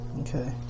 Okay